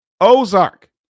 Ozark